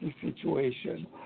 situation